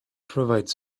provide